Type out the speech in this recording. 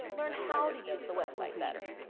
learn how to use the website better.